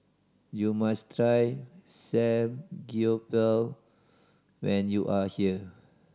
you must try Samgyeopsal when you are here